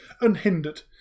unhindered